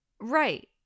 Right